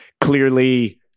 clearly